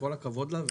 כל הכבוד לה.